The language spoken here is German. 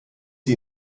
sie